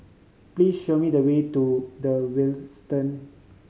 please show me the way to The Westin